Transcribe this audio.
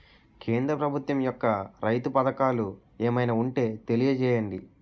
కేంద్ర ప్రభుత్వం యెక్క రైతు పథకాలు ఏమైనా ఉంటే తెలియజేయండి?